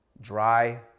dry